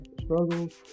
struggles